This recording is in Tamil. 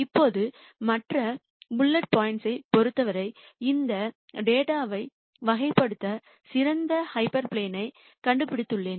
இப்போது மற்ற புல்லட் பாயின்ட்ஸ் பொறுத்தவரை இந்த டேட்டாவை வகைப்படுத்த சிறந்த ஹைப்பர்ப்ளேன் ஐ கண்டுபிடித்துள்ளேன்